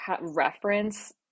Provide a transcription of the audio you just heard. reference